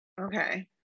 okay